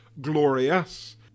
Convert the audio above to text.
glorious